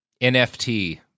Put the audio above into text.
NFT